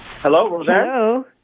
Hello